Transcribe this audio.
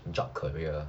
job career